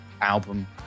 album